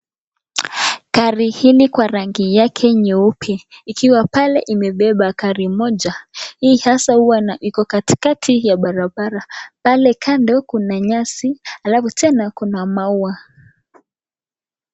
Gari hili kwa rangi yake nyeupe ikiwa pale imebeba gari moja, hii sasa iko katikati ya barabara, pale kando kuna nyasi alafu tena kuna maua.